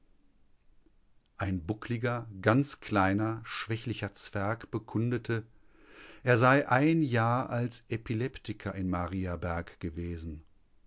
ein buckliger ganz kleiner schwächlicher zwerg bekundete er sei ein jahr als epileptiker in mariaberg gewesen